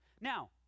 Now